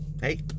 hey